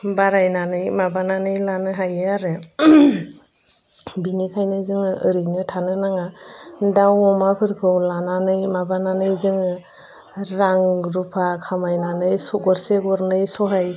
बारायनानै माबानानै लानो हायो आरो बेनिखायनो जोङो ओरैनो थानो नाङा दाउ अमाफोरखौ लानानै माबानानै जोङो रां रुफा खामायनानै गरसे गरनै सहाय